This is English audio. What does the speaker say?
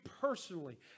personally